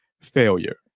failure